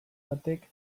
batek